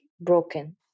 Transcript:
broken